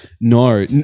No